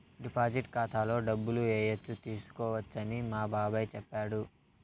deposit ఖాతాలో డబ్బులు ఏయచ్చు తీసుకోవచ్చని మా బాబాయ్ చెప్పాడు